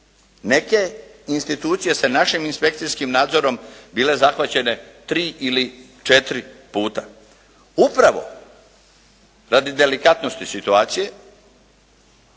Neke institucije sa našim inspekcijskim nadzorom bile zahvaćene tri ili četiri puta upravo radi delikatnosti situacije,